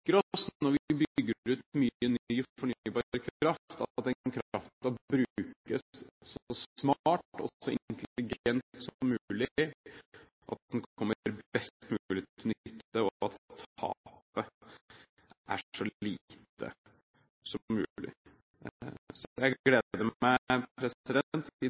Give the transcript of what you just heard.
vi bygger ut mye ny fornybar kraft, at den kraften brukes så smart og så intelligent som mulig, slik at den kommer best mulig til nytte, og at tapet er så lite som mulig. Så jeg